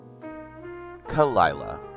Kalila